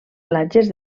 platges